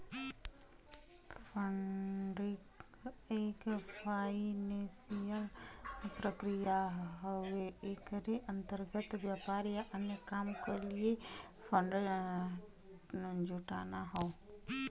funding एक financial प्रक्रिया हउवे एकरे अंतर्गत व्यापार या अन्य काम क लिए फण्ड जुटाना हौ